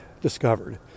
discovered